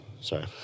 Sorry